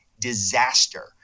disaster